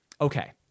Okay